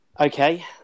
Okay